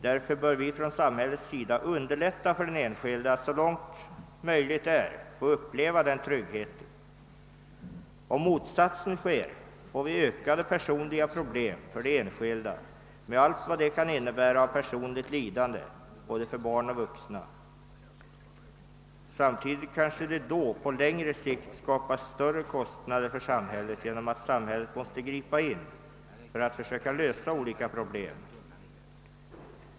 Därför bör vi från samhällets sida underlätta för den enskilde att så långt möjligt är få uppleva den tryggheten. Om det inte sker får vi ökade personliga problem för de enskilda med allt vad det kan innebära av personligt lidande för både barn och vuxna. Samtidigt kanske det då på längre sikt skapas större kostnader för samhället genom att samhället måste gripa in för att försöka lösa olika problem.